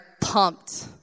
pumped